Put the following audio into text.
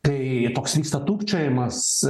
kai toks vyksta tūpčiojimas